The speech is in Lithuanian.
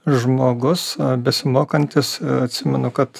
žmogus besimokantis atsimenu kad